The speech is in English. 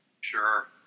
Sure